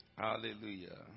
hallelujah